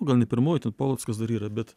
gal ne pirmoji ten polockas dar yra bet